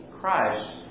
Christ